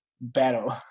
battle